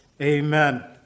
Amen